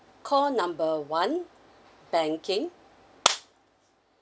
call number one banking